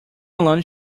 alone